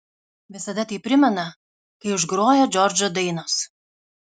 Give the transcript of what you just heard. visada tai primena kai užgroja džordžo dainos